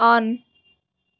on